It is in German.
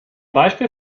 beispiel